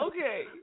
Okay